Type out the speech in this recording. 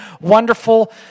wonderful